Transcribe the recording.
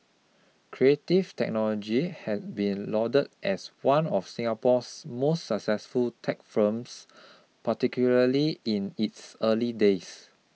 creative Technology has been lauded as one of Singapore's most successful tech firms particularly in its early days